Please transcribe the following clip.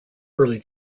early